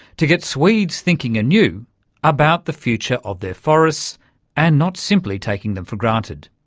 to get swedes thinking anew about the future of their forests and not simply taking them for granted.